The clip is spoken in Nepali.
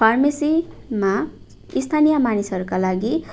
फार्मेसीमा स्थानीय मानिसहरूका लागि